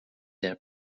their